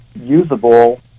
usable